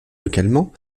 localement